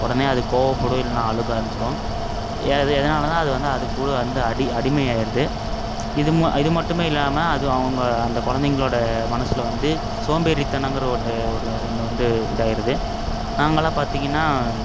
உடனே அது கோவப்படும் இல்லைனா அழுக ஆரம்பிச்சிடும் எது எதுனாலனா அது வந்து அது கூட வந்து அடி அடிமை ஆயிடுது இது ம இது மட்டும் இல்லாமல் அது அவங்க அந்த குழந்தைங்களோட மனசில் வந்து சோம்பேறித்தனோங்கிற ஒன்று ஒரு ஒன்று வந்து இதாகிருது நாங்களாம் பார்த்திங்கன்னா